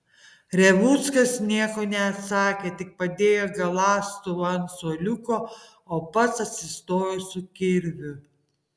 revuckas nieko neatsakė tik padėjo galąstuvą ant suoliuko o pats atsistojo su kirviu